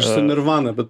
aš su nirvana bet